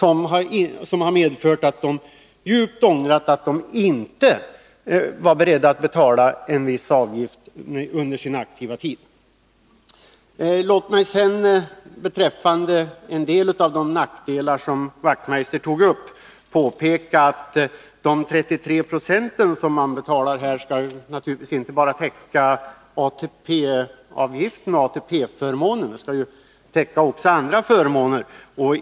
Då har de djupt ångrat att de inte var beredda att betala en viss avgift under sin aktiva tid. Låt mig sedan beträffande en del av de nackdelar som Knut Wachtmeister tog upp påpeka att de 33 76 som man betalar naturligtvis inte bara skall täcka ATP-förmånerna. De skall ju täcka också andra förmåner.